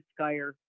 Skyer